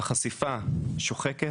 החשיפה שוחקת,